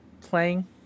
playing